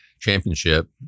championship